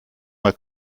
mal